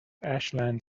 ashland